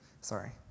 Sorry